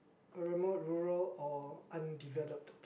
a remote rural or undeveloped